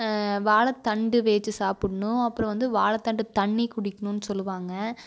வாழைத்தண்டு வேகவிச்சி சாப்பிட்ணும் அப்புறம் வந்து வாழைத்தண்டு தண்ணி குடிக்கணுன்னு சொல்லுவாங்க